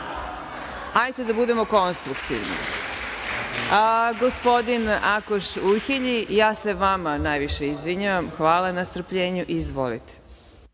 hajde da budemo konstruktivni. Gospodin Akoš Ujhelji. Ja se vama najviše izvinjavam, hvala na strpljenju. Izvolite.